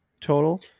total